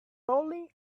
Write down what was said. bowling